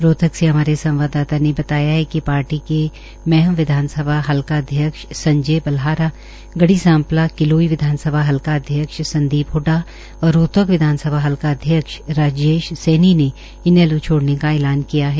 रोहतक से हमारे संवाददाता ने बताया कि पार्टी के महम विधानसभा हल्का अध्यक्ष संजय बल्हारा गढ़ी सांपला किलोई विधानसभा हल्का अध्यक्ष संदीप हडडा व रोहतक विधानसभा हल्का विधानसभा अध्यक्ष राजेश सैनी ने इनैलो को छोड़ने का ऐलान किया है